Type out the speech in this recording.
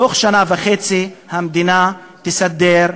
בתוך שנה וחצי המדינה תסדר,